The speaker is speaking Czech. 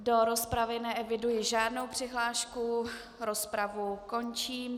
Do rozpravy neeviduji žádnou přihlášku, rozpravu končím.